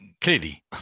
clearly